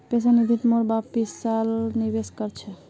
pension निधित मोर बाप बीस साल स निवेश कर छ